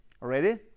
Ready